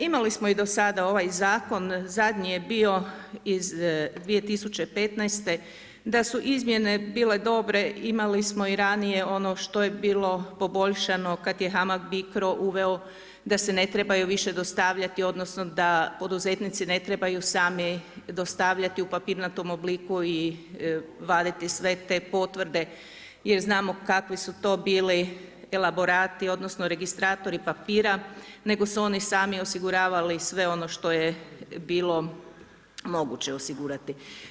Imali smo i do sada ovaj zakon, zadnji je bio iz 2015. da su izmjene bile dobre, imali smo i ranije ono što je bilo poboljšano kada je HAMAG BICRO uveo da se ne trebaju više dostavljati odnosno da poduzetnici ne trebaju sami dostavljati u papirnatom obliku i vaditi sve te potvrde jer znamo kakvi su to bili elaborati odnosno registratori papira nego su oni sami osiguravali sve ono što je bilo moguće osigurati.